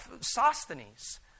Sosthenes